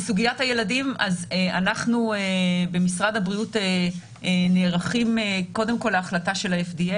אנחנו במשרד הבריאות נערכים קודם כל להחלטה של ה-FDA.